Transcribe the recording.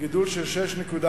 גידול של 6.4%,